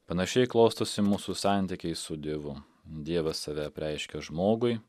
panašiai klostosi mūsų santykiai su dievu dievas save apreiškia žmogui